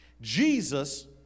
Jesus